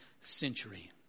century